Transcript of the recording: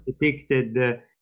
depicted